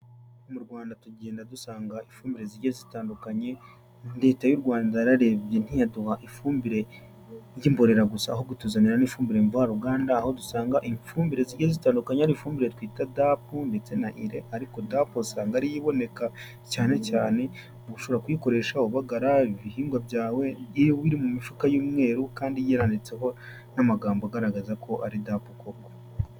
Mu Rwanda tugenda dusanga ifumbire zigiye zitandukanye. Leta y'u Rwanda yararebye ntiyaduha ifumbire y'imborera gusa ahubwo ituzanira n'ifumbire mvaruganda. Aho dusanga ifumbire zigiye zitandukanya. Ifumbire twita dap ndetse na ire, ariko dap usanga ariyo iboneka cyane cyane ushobora kuyikoresha ubagara ibihingwa byawe. Iyo iri mu mifuka y'umweru kandi yanditseho n'amagambo agaragaza ko ari dap koko.